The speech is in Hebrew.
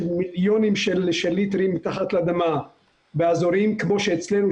מיליוני ליטרים מתחת לאדמה באזורים כמו שאצלנו,